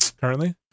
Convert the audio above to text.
currently